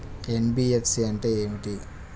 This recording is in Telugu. ఎన్.బీ.ఎఫ్.సి అంటే ఏమిటి?